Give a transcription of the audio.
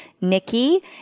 Nikki